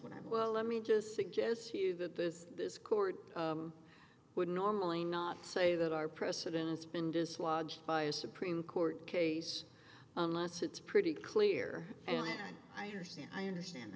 what i well let me just suggest to you that this this court would normally not say that our president has been dislodged by a supreme court case unless it's pretty clear and i understand i understand